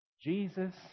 Jesus